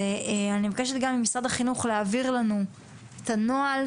אני מבקשת ממשרד החינוך להעביר לנו את הנוהל,